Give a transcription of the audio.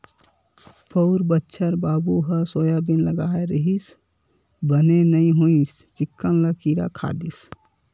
पउर बछर बाबू ह सोयाबीन लगाय रिहिस बने नइ होइस चिक्कन ल किरा खा दिस